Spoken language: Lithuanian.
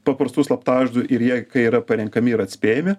paprastų slaptažodžių ir jie kai yra parenkami ir atspėjami